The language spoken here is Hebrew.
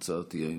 הצעת האי-אמון.